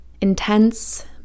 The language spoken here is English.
Intense